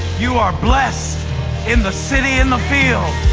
you are blessed in the city, in the field.